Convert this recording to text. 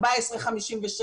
14,056,